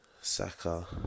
Saka